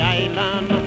island